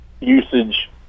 Usage